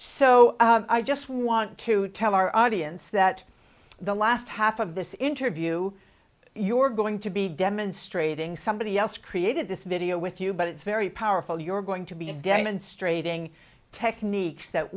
so i just want to tell our audience that the last half of this interview you're going to be demonstrating somebody else created this video with you but it's very powerful you're going to be demonstrating techniques that